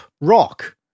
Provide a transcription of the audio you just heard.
rock